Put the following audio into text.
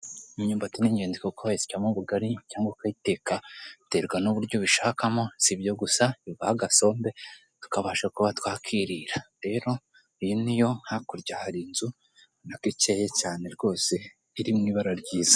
Imyumbati n'ingenzi kuko wayisyamo ubugari cyangwa ukayiteka biterwa n'uburyo ubishakamo si ibyo gusa ivaho agasombe tukabasha kuba twakirira rero iyi niyo hakurya hari inzu ubona ko ikeye cyane rwose iri mu ibara r'yiza.